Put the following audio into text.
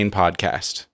podcast